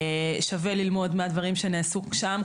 שווה ללמוד מהדברים שנעשו שם,